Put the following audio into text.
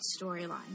storyline